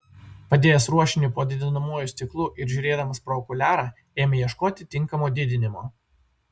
padėjęs ruošinį po didinamuoju stiklu ir žiūrėdamas pro okuliarą ėmė ieškoti tinkamo didinimo